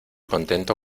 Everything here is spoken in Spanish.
contento